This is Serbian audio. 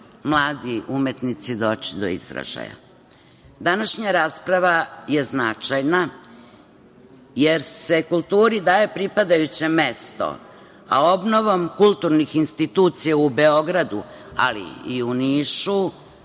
mladi umetnici doći do izražaja. Današnja rasprava je značajna, jer se kulturi daje pripadajuće mesto, a obnovom kulturnih institucija u Beogradu, ali i u Nišu,